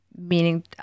Meaning